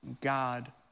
God